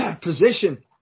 position